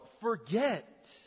forget